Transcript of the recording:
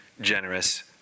generous